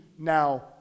now